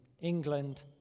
England